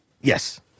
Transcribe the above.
Yes